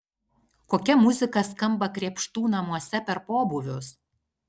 kokia muzika skamba krėpštų namuose per pobūvius